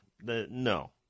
No